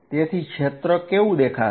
તેથી ક્ષેત્ર કેવું દેખાશે